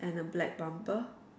and a black bumper